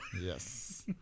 Yes